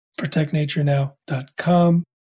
protectnaturenow.com